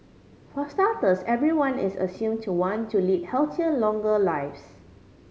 for starters everyone is assumed to want to lead healthier longer lives